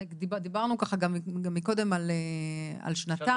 דיברנו גם מקודם על שנתיים.